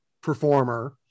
performer